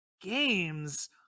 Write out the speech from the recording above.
games